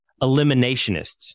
eliminationists